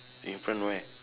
in front where